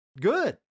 good